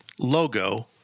logo